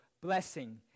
blessing